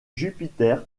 jupiter